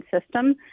system